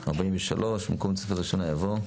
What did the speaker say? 43. במקום התוספת הראשונה יבוא.